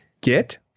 get